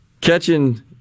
catching